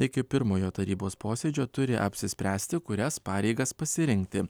iki pirmojo tarybos posėdžio turi apsispręsti kurias pareigas pasirinkti